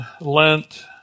Lent